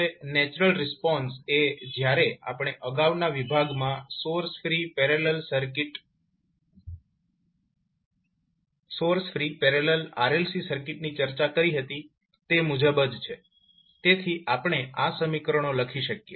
હવે natural response એ જ્યારે આપણે અગાઉના વિભાગમાં સોર્સ ફ્રી પેરેલલ RLC સર્કિટની ચર્ચા કરી હતી તે મુજબ જ છે તેથી આપણે આ સમીકરણો લખી શકીએ